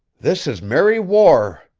this is merry war,